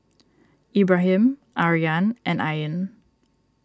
Ibrahim Aryan and Ain